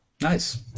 nice